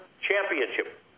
championship –